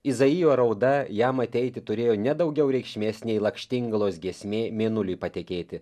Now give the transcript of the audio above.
izaijo rauda jam ateiti turėjo ne daugiau reikšmės nei lakštingalos giesmė mėnuliui patekėti